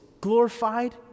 glorified